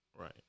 right